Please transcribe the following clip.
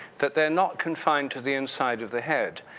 that they're not confined to the inside of the head.